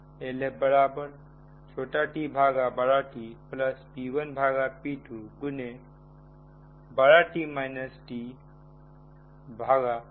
LFtTp1p2XT tTठीक है